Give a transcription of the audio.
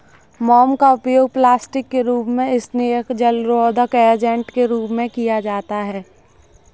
मोम का उपयोग प्लास्टिक के रूप में, स्नेहक, जलरोधक एजेंट के रूप में किया जाता है